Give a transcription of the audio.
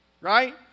right